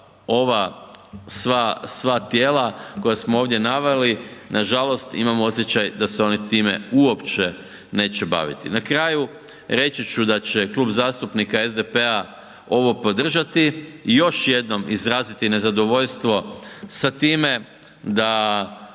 ova sva tijela koja smo ovdje naveli. Nažalost imam osjećaj da se oni time uopće neće baviti. Na kraju, reći ću da će Klub zastupnika SDP-a ovo podržati i još jednom izraziti nezadovoljstvo sa time da